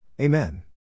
Amen